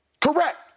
correct